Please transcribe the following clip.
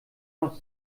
noch